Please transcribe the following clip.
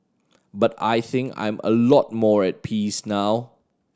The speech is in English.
but I think I'm a lot more at peace now